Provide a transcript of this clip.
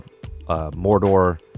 mordor